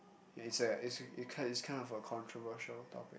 it's like it's it's kind of a controversial topic